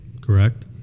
correct